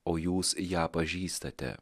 o jūs ją pažįstate